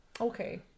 okay